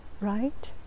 right